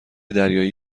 دریایی